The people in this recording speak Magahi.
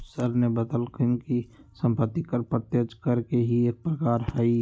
सर ने बतल खिन कि सम्पत्ति कर प्रत्यक्ष कर के ही एक प्रकार हई